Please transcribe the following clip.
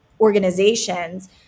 organizations